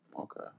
Okay